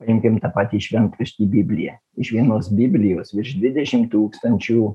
imkim tą patį šventraštį bibliją iš vienos biblijos virš dvidešimt tūkstančių